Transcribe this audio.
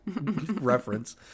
reference